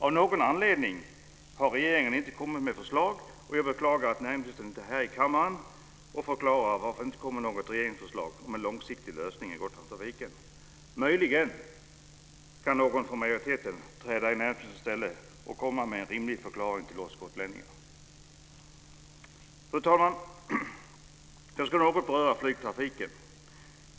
Av någon anledning har regeringen inte kommit med förslag. Jag beklagar att näringsministern inte är här i kammaren och förklarar varför det inte kommer något regeringsförslag om en långsiktig lösning i Gotlandstrafiken. Möjligen kan någon från majoriteten träda i näringsministerns ställe och komma med en rimlig förklaring till oss gotlänningar. Fru talman! Jag ska något beröra flygtrafiken.